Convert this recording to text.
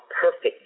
perfect